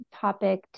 topic